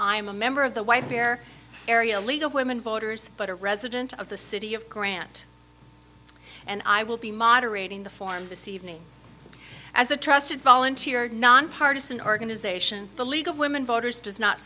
am a member of the white bear area league of women voters but a resident of the city of grant and i will be moderating the form this evening as a trusted volunteer nonpartisan organization the league of women voters does not